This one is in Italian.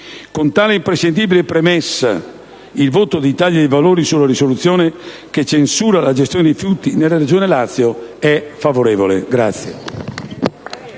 Con tale imprescindibile premessa, il voto dell'Italia dei Valori sulla risoluzione che censura la gestione dei rifiuti nella Regione Lazio è favorevole.